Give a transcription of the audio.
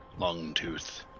Longtooth